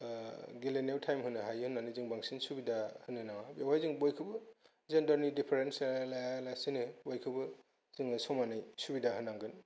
गेलेनायाव थाइम होनो हायो होननानै जों बांसिन सुबिदा होनो नाङा बेवहाय जों बयखौबो जेन्दारनि दिफारेन्स लाया लासैनो बयखौबो जोङो समानै सुबिदा होनांगोन